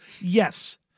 Yes